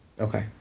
Okay